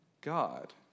God